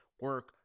Work